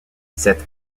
cette